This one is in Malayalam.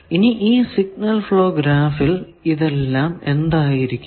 ഇനി ഈ സിഗ്നൽ ഫ്ലോ ഗ്രാഫിൽ ഇതെല്ലാം എന്തായിരിക്കും